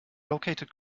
located